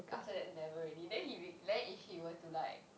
after that never already then he then if he were to like